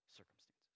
circumstances